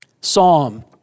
Psalm